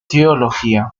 teología